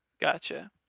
Gotcha